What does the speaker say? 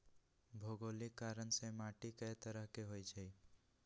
भोगोलिक कारण से माटी कए तरह के होई छई